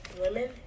women